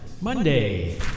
Monday